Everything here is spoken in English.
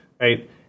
right